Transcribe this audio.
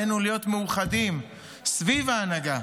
עלינו להיות מאוחדים סביב ההנהגה.